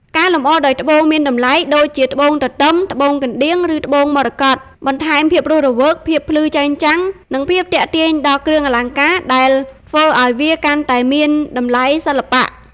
ការលម្អដោយ ត្បូងមានតម្លៃ ដូចជា ត្បូងទទឹម ត្បូងកណ្ដៀង ឬត្បូងមរកត បន្ថែមភាពរស់រវើក ភាពភ្លឺចែងចាំង និងភាពទាក់ទាញដល់គ្រឿងអលង្ការ ដែលធ្វើឱ្យវាកាន់តែមានតម្លៃសិល្បៈ។